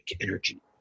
energy